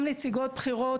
גם נציגות בכירות,